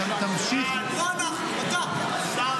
נגד --- של המשתמטים.